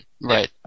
Right